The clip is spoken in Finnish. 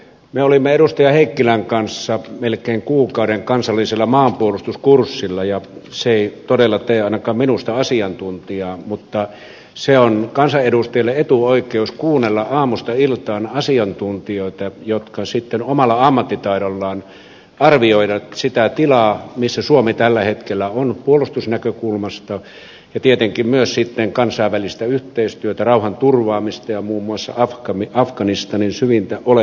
me olimme edustaja heikkilän kanssa melkein kuukauden kansallisella maanpuolustuskurssilla ja se ei todella tee ainakaan minusta asiantuntijaa mutta se on kansanedustajalle etuoikeus kuunnella aamusta iltaan asiantuntijoita jotka sitten omalla ammattitaidollaan arvioivat sitä tilaa missä suomi tällä hetkellä on puolustusnäkökulmasta ja tietenkin myös sitten kansainvälistä yhteistyötä rauhanturvaamista ja muun muassa afganistanin syvintä olemusta